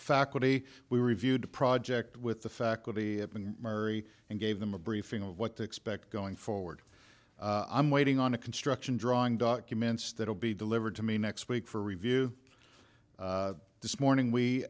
faculty we reviewed project with the faculty of murray and gave them a briefing of what to expect going forward i'm waiting on a construction drawing documents that will be delivered to me next week for review this morning we